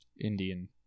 Indian